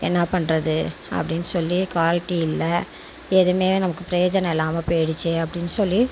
என்ன பண்ணுறது அப்படின்னு சொல்லிக் குவாலிட்டி இல்லை எதுவுமே நமக்குப் பிரயோஜனம் இல்லாமல் போயிடுச்சே அப்படின்னு சொல்லி